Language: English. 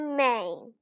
main